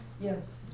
yes